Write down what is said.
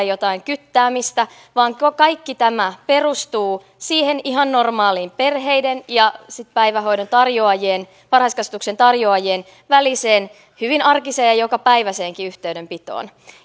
jotain kyttäämistä vaan kaikki tämä perustuu siihen ihan normaaliin perheiden ja päivähoidon tarjoajien varhaiskasvatuksen tarjoajien väliseen hyvin arkiseen ja jokapäiväiseenkin yhteydenpitoon